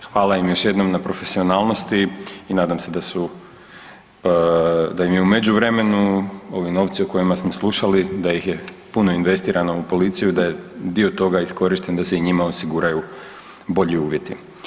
Hvala im još jednom na profesionalnosti i nadam se da su, da im je u međuvremenu ovi novci o kojima smo slušali da ih je puno investirano u policiju da je dio toga iskorišten da se i njima osiguraju bolji uvjeti.